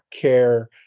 care